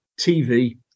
TV